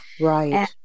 right